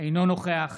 אינו נוכח